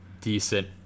decent